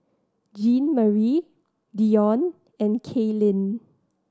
Jeanmarie Dione and Kailyn